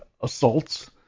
assaults